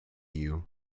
you